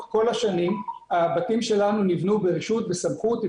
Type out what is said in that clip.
כל השנים הבתים שלנו נבנו ברשות ובסמכות,